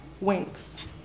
winks